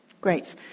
Great